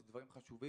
שהם דברים חשובים,